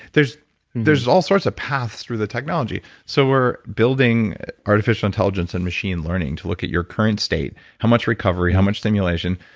there's there's all sorts of paths through the technology so we're building artificial intelligence and machine learning to look at your current state, how much recovery, how much stimulation.